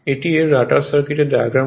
এটি এর rotor circuit diagram হয়